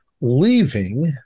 leaving